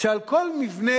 שעל כל מבנה,